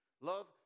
Love